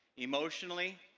emotionally,